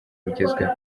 bigezweho